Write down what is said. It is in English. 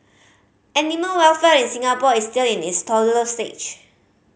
animal welfare in Singapore is still in its toddler stage